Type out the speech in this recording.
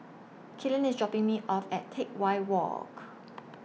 Killian IS dropping Me off At Teck Whye Walk